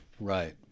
right